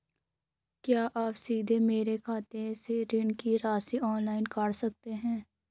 क्या आप सीधे मेरे खाते से ऋण की राशि ऑनलाइन काट सकते हैं?